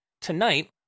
Tonight